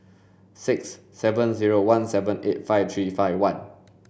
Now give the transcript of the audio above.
six seven zero one seven eight five three five one